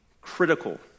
critical